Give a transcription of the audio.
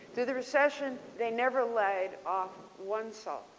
through the recession they never laid off one soul.